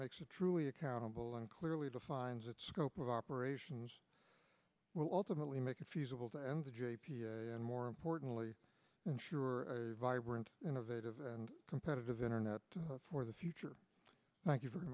makes it truly accountable and clearly defines its scope of operations will ultimately make it feasible to end the j p s and more importantly ensure vibrant innovative and competitive internet for the future thank you very